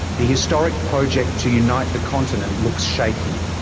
the historic project to unite the continent looks shaky.